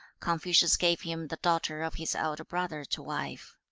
confucius gave him the daughter of his elder brother to wife.